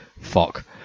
fuck